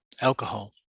alcohol